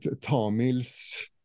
Tamils